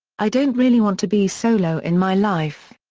i don't really want to be solo in my life.